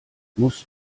musst